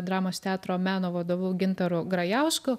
dramos teatro meno vadovu gintaru grajausku